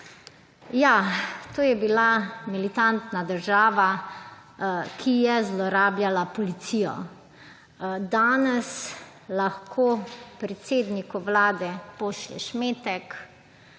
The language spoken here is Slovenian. to je bila militantna država, ki je zlorabljala policijo. Danes lahko predsedniku vlade pošlješ metek